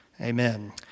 Amen